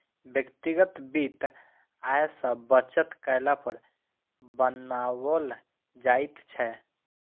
व्यक्तिगत वित्त आय सॅ बचत कयला पर बनाओल जाइत छै